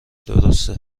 درسته